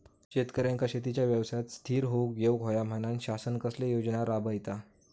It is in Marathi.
शेतकऱ्यांका शेतीच्या व्यवसायात स्थिर होवुक येऊक होया म्हणान शासन कसले योजना राबयता?